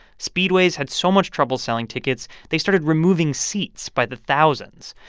speedways had so much trouble selling tickets they started removing seats by the thousands.